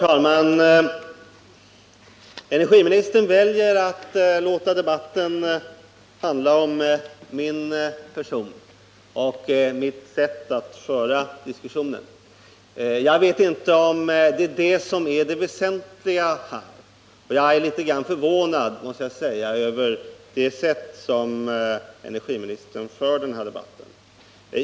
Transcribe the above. Herr talman! Energiministern väljer att låta debatten handla om min person och mitt sätt att föra diskussionen. Jag vet inte om det är det som är det väsentliga, och jag är litet förvånad över det sätt som energiministern för denna debatt på.